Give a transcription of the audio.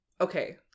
Okay